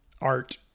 Art